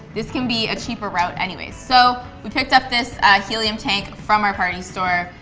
this can be a cheaper route anyways so, we picked up this helium tank from our party store,